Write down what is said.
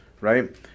right